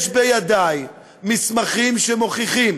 יש בידי מסמכים שמוכיחים